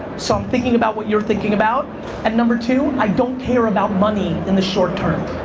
so i'm thinking about what you're thinking about and number two, i don't care about money in the short term.